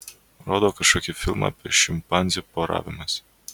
rodo kažkokį filmą apie šimpanzių poravimąsi